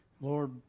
Lord